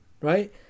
right